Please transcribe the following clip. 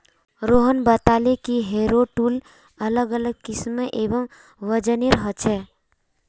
रोहन बताले कि harrow tool अलग अलग किस्म एवं वजनेर ह छे